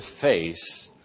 face